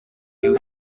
you